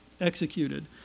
executed